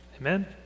amen